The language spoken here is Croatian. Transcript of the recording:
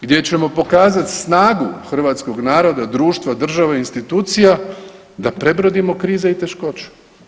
Gdje ćemo pokazat snagu hrvatskog naroda, društva, države, institucija da prebrodimo krize i teškoće.